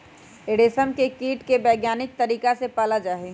रेशम के कीट के वैज्ञानिक तरीका से पाला जाहई